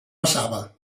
passava